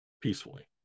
peacefully